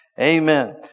Amen